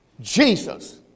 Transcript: Jesus